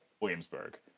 Williamsburg